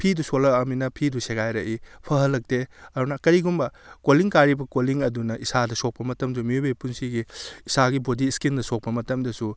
ꯐꯤꯗꯨ ꯁꯣꯜꯂꯛꯑꯃꯤꯅ ꯐꯤꯗꯨ ꯁꯦꯒꯥꯏꯔꯛꯏ ꯐꯍꯜꯂꯛꯇꯦ ꯑꯗꯨꯅ ꯀꯔꯤꯒꯨꯝꯕ ꯀꯣꯂꯤꯡ ꯀꯥꯔꯤꯕ ꯀꯣꯂꯤꯡ ꯑꯗꯨꯅ ꯏꯁꯥꯗ ꯁꯣꯛꯄ ꯃꯇꯝꯁꯨ ꯃꯤꯑꯣꯏꯕꯒꯤ ꯄꯨꯟꯁꯤꯒꯤ ꯏꯁꯥꯒꯤ ꯕꯣꯗꯤ ꯏꯁꯀꯤꯟꯗ ꯁꯣꯛꯄ ꯃꯇꯝꯗꯁꯨ